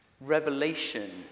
revelation